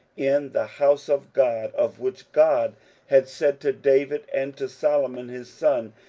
in the house of god, of which god had said to david and to solomon his son,